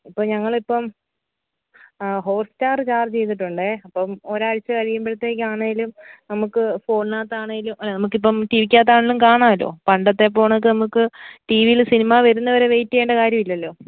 അപ്പം ഞങ്ങളിപ്പം Hotstar charge ചെയ്തിട്ടുണ്ടേ അപ്പം ഒരാഴ്ച കഴിയുമ്പോഴത്തേക്കാണെങ്കിലും നമുക്ക് ഫോണിനകത്താണെങ്കിലും നമുക്കിപ്പം ടി വിക്കകത്താണെങ്കിലും കാണാമല്ലോ പണ്ടത്തെ പോൽ കണക്ക് നമുക്ക് ടി വിയിൽ സിനിമ വരുന്നത് വരെ വെയിറ്റ് ചെയ്യേണ്ട കാര്യമില്ലല്ലോ